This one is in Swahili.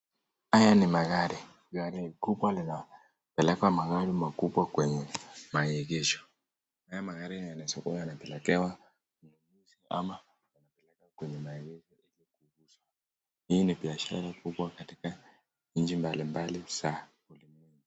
Haya ni magari. Gari kubwa linapeleka magari makubwa kwenye maegesho. Hawa magari yanachukuliwa yanapelekwa kwenye maegesho. Hii ni biashara kubwa katika nchi mbalimbali.